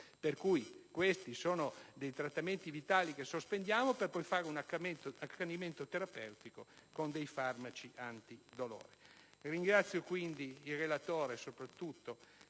quindi, questi sono trattamenti vitali che sospendiamo, per poi fare un accanimento terapeutico con dei farmaci antidolorifici. Ringrazio, quindi, soprattutto